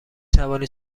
توانی